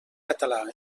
català